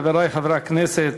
חברי חברי הכנסת